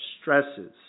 stresses